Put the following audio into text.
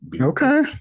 okay